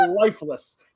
lifeless